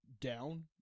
down